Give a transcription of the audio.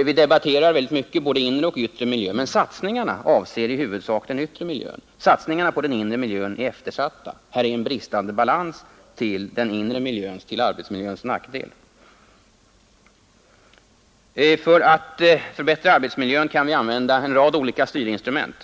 och debatterar mycket om både inre och yttre miljö, men satsningarna avser i huvudsak den yttre miljön. Satsningarna för den inre miljön är eftersatta. Det föreligger alltså en brist på balans, till den inre miljöns nackdel. För att förbättra arbetsmiljön kan vi använda en rad olika styrinstrument.